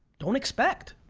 don't expect